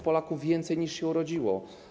Polaków więcej niż się urodziło.